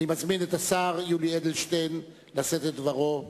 אני מזמין את השר יולי אדלשטיין לשאת את דברו.